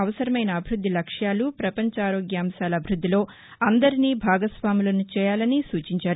అవసరమైన అభివృద్ధి లక్ష్యాలు పపంచ ఆరోగ్య అంశాల అభివృద్దిలో అందరినీ భాగస్వాములను చేయాలని సూచించారు